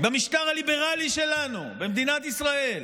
במשטר הליברלי שלנו, במדינת ישראל,